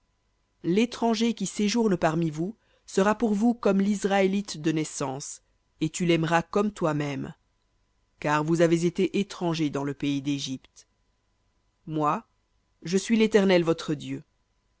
l'étranger qui séjourne parmi vous sera pour vous comme l'israélite de naissance et tu l'aimeras comme toi-même car vous avez été étrangers dans le pays d'égypte moi je suis l'éternel votre dieu